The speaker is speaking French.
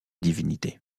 divinité